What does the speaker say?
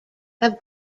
have